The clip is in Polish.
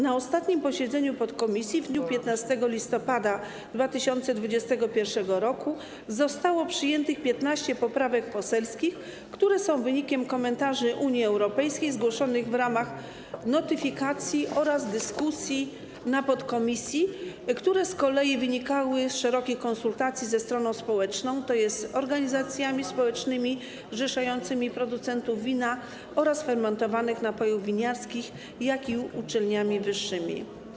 Na ostatnim posiedzeniu podkomisji w dniu 15 listopada 2021 r. zostało przyjętych 15 poprawek poselskich, które są wynikiem komentarzy Unii Europejskiej zgłoszonych w ramach notyfikacji oraz dyskusji w podkomisji, które z kolei wynikały z szerokiej konsultacji ze stroną społeczną, tj. organizacjami społecznymi zrzeszającymi producentów wina oraz fermentowanych napojów winiarskich, jak i uczelniami wyższymi.